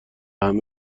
همه